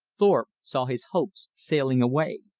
thorpe saw his hopes sailing away.